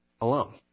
alone